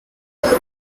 six